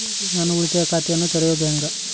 ನಾನು ಉಳಿತಾಯ ಖಾತೆಯನ್ನ ತೆರೆಯೋದು ಹೆಂಗ?